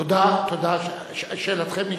תודה, תודה, שאלתכם נשאלה.